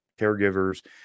caregivers